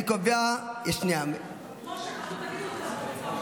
חבר הכנסת ששון